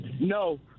No